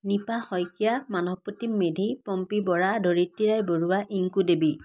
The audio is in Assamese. নিপা শইকীয়া মানৱ প্ৰতীম মেধি পম্পী বৰা ধৰিত্ৰী ৰায় বৰুৱা ইংকু দেৱী